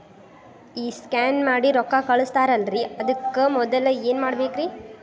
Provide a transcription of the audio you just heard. ಈ ಸ್ಕ್ಯಾನ್ ಮಾಡಿ ರೊಕ್ಕ ಕಳಸ್ತಾರಲ್ರಿ ಅದಕ್ಕೆ ಮೊದಲ ಏನ್ ಮಾಡ್ಬೇಕ್ರಿ?